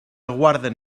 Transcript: guarden